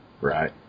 Right